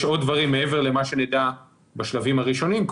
יש עוד דברים מעבר למה שנדע בשלבים הראשונים,